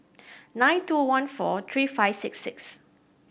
nine two one four three five six six